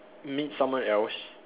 meet someone else